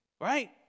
Right